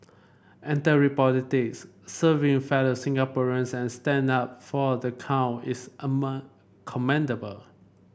entering politics serving fellow Singaporeans and standing up for the counted is commendable